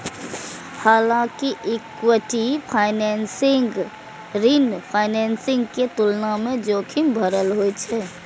हालांकि equity financing ऋण financing के तुलना मे जोखिम भरल होइ छै